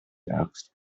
asked